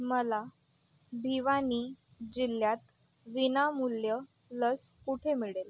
मला भिवानी जिल्ह्यात विनामूल्य लस कुठे मिळेल